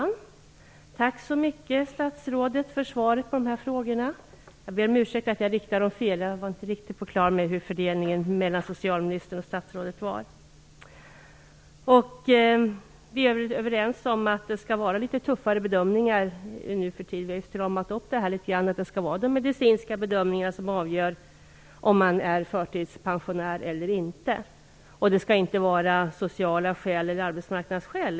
Herr talman! Tack så mycket för svaret på de här frågorna, statsrådet. Jag ber om ursäkt för att jag riktat dem fel. Jag hade inte fördelningen mellan socialministern och statsrådet riktigt klar för mig. Vi är överens om att det skall vara litet tuffare bedömning nu för tiden. Vi har stramat upp den litet grand. Det skall vara de medicinska bedömningarna som avgör om man blir förtidspensionär eller inte, det skall inte längre vara sociala skäl eller arbetsmarknadsskäl.